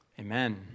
Amen